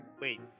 Wait